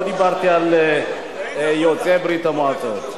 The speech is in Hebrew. לא דיברתי על יוצאי ברית-המועצות.